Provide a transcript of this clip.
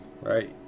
right